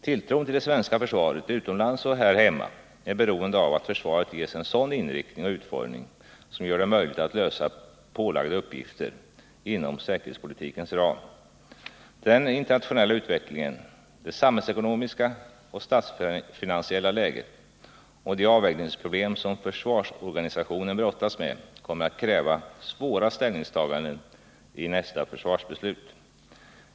Tilltron till det svenska försvaret, utomlands och här hemma, är beroende av att försvaret ges en sådan inriktning och utformning som gör det möjligt att lösa pålagda uppgifter inom säkerhetspolitikens ram. Den internationella utvecklingen, det samhällsekonomiska och statsfinansiella läget och de avvägningsproblem som försvarsorganisationen brottas med kommer att kräva svåra ställningstaganden vid nästa försvarsbeslut.